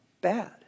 bad